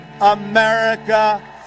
America